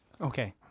Okay